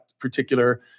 particular